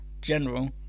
general